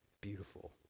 beautiful